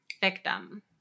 victim